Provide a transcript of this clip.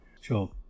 Sure